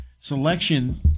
selection